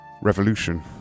Revolution